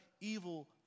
evil